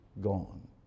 gone